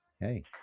hey